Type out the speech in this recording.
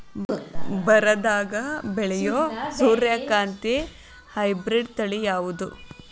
ಬರದಾಗ ಬೆಳೆಯೋ ಸೂರ್ಯಕಾಂತಿ ಹೈಬ್ರಿಡ್ ತಳಿ ಯಾವುದು?